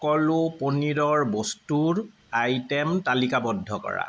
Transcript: সকলো পনীৰৰ বস্তুৰ আইটে'ম তালিকাবদ্ধ কৰা